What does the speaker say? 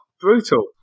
brutal